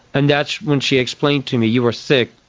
and that's when she explained to me you were sick,